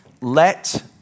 Let